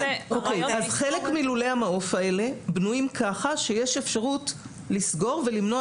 חלק מלולי המעוף האלה בנויים כך שיש אפשרות לסגור ולמנוע